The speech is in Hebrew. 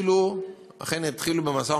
אכן התחילו במשא-ומתן.